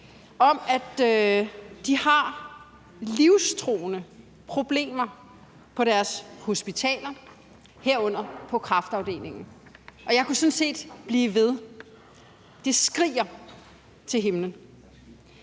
– at de har livstruende problemer på deres hospitaler, herunder på kræftafdelingen, og jeg kunne sådan set blive ved. Det skriger til himlen.